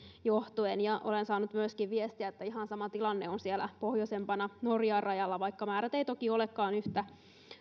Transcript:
johtuen olen saanut myöskin viestiä että ihan sama tilanne on siellä pohjoisempana norjan rajalla vaikka määrät eivät toki olekaan yhtä